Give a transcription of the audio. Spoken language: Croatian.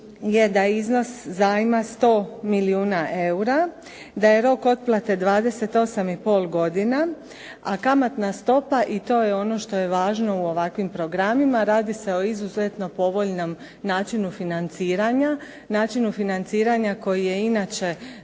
je iznos zajma 100 milijuna eura, da je rok otplate 28,5 godina, a kamatna stopa i to je ono što je važno u ovakvim programima radi se o izuzetno povoljnom načinu financiranja, načinu financiranja koji je inače